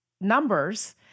numbers